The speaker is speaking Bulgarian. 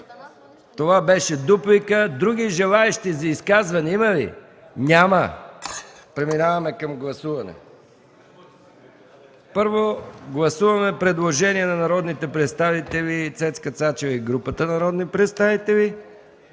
Това беше дуплика. Други желаещи за изказвания има ли? Няма. Преминаваме към гласуване. Първо, гласуваме предложението на народния представител Цецка Цачева и група народни представители,